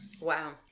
Wow